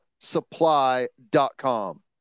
Supply.com